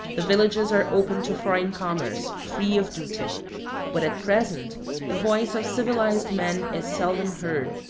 the villages are open to foreign commerce, free of duty but at present the voice of civilized man is seldom heard,